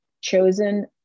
chosen